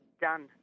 done